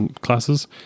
classes